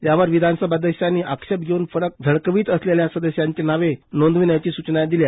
यावर विधानसभा अध्यक्षांनी आक्षेप घेऊन फलक झळकवित असलेल्या सदस्यांचे नावे नोंदविण्याची स्चना दिल्या